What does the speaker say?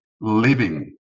living